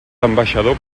ambaixador